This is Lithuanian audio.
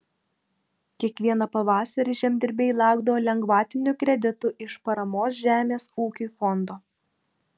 kiekvieną pavasarį žemdirbiai laukdavo lengvatinių kreditų iš paramos žemės ūkiui fondo